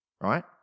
Right